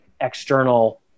external